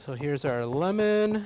so here's our lemon